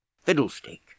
fiddlestick